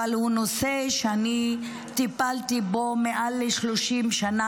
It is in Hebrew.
אבל הוא נושא שטיפלתי בו מעל 30 שנה,